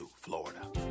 Florida